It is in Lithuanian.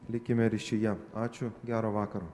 likime ryšyje ačiū gero vakaro